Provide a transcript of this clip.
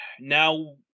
now